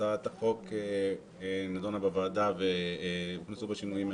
הצעת החוק נדונה בוועדה והוכנסו בה שינויים.